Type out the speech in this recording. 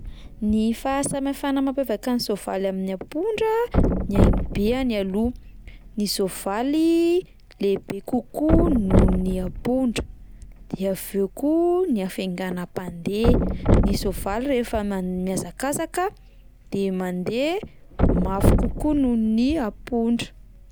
Ny fahasamihafana mampiavaka ny soavaly amin'ny ampondra, ny habeany aloha, ny soavaly lehibe kokoa noho ny ampondra, de aveo koa ny hafainganam-pandeha, ny soavaly rehefa man- mihazakazaka de mandeha mafy kokoa noho ny ampondra.